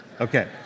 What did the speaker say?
okay